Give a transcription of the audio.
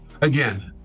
Again